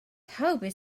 toby